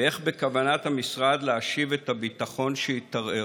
ואיך בכוונת המשרד להשיב את הביטחון שהתערער?